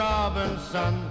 Robinson